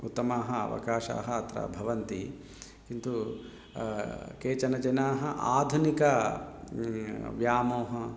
उत्तमाः अवकाशाः अत्र भवन्ति किन्तु केचनजनाः आधुनिक व्या मोहम्